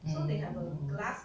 orh